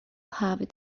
have